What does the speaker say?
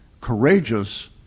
courageous